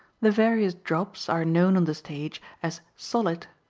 the various drops are known on the stage as solid,